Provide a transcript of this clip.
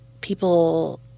people